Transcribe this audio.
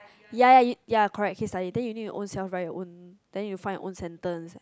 ya ya correct case study then you need to ovrselves write your own then you find your own sentence